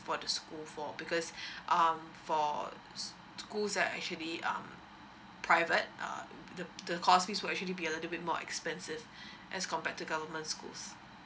for the school for because um for schools that are actually um private uh the the cost fee will actually be a little bit more expensive as compared to government schools